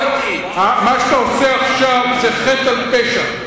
מה שאתה עושה עכשיו זה חטא על פשע.